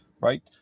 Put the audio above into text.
right